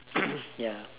ya